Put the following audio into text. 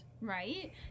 right